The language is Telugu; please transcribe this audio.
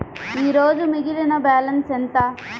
ఈరోజు మిగిలిన బ్యాలెన్స్ ఎంత?